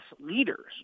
leaders